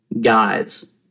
guys